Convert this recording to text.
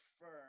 firm